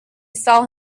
saw